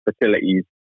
facilities